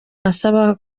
asaba